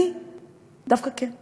אני דווקא כן.